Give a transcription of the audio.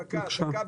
דקה,